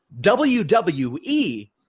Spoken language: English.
WWE